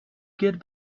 get